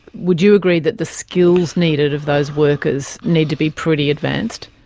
would you agree that the skills needed of those workers need to be pretty advanced?